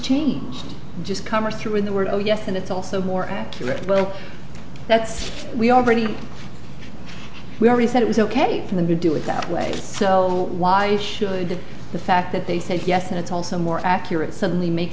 changed just commerce through the word oh yes and it's also more accurate but that's we already we already said it was ok for them to do it that way so why should the fact that they said yes and it's also more accurate suddenly make